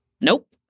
Nope